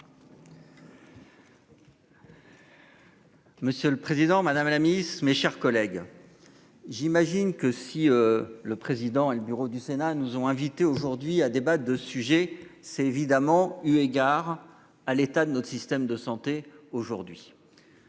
Monsieur le président, madame la miss. Mes chers collègues. J'imagine que si le président et le bureau du Sénat nous ont invité aujourd'hui à débat de sujet c'est évidemment eu égard à l'état de notre système de santé aujourd'hui.